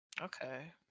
Okay